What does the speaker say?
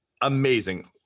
amazing